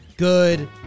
Good